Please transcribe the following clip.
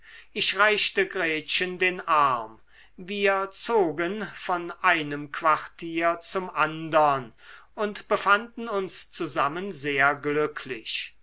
ich reichte gretchen den arm wir zogen von einem quartier zum andern und befanden uns zusammen sehr glücklich